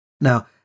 Now